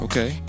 Okay